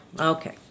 Okay